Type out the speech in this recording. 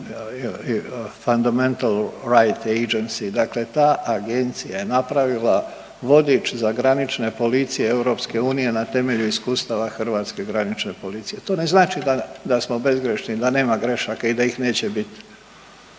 Fundamental Rights Agency, dakle ta agencija je napravila vodič za granične policije EU na temelju iskustava hrvatske granične policije. To ne znači da smo bezgrešni da nema grešaka i da ih neće biti.